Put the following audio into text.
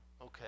Okay